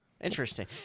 Interesting